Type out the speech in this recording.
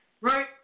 Right